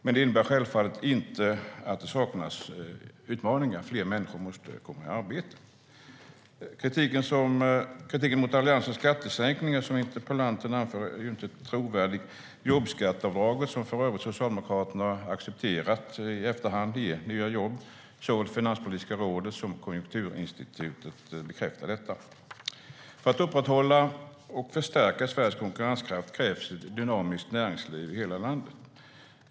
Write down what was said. Men det innebär självfallet inte att det saknas utmaningar. Fler människor måste komma i arbete. Den kritik mot Alliansens skattesänkningar som interpellanten anför är inte trovärdig. Jobbskatteavdragen, som Socialdemokraterna för övrigt har accepterat i efterhand, ger nya jobb. Såväl Finanspolitiska rådet som Konjunkturinstitutet bekräftar detta. För att upprätthålla och förstärka Sveriges konkurrenskraft krävs ett dynamiskt näringsliv i hela landet.